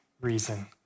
reason